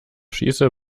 schieße